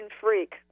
freak